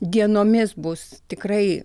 dienomis bus tikrai